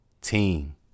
team